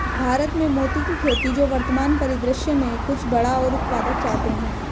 भारत में मोती की खेती जो वर्तमान परिदृश्य में कुछ बड़ा और उत्पादक चाहते हैं